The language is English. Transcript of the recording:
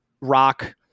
rock